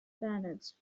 bennett